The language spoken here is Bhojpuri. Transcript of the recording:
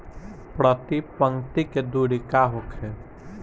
प्रति पंक्ति के दूरी का होखे?